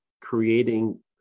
creating